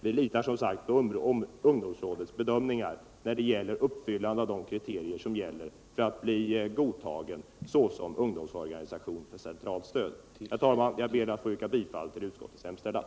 Vi litar på ungdomsrådets bedömningar beträffande uppfyllandet av de kriterier som gäller för att bli godtagen såsom ungdomsorganisation med centralt stöd. Herr talman! Jag ber att få yrka bifall till utskottets hemställan.